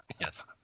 yes